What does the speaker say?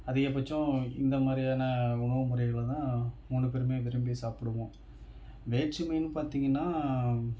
அதிகபட்சம் இந்த மாதிரியான உணவு முறைகளை தான் மூணு பேருமே விரும்பி சாப்பிடுவோம் வேற்றுமைன்னு பார்த்திங்கனா